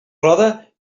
roda